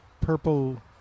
purple